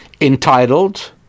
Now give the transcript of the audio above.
entitled